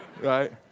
right